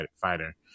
fighter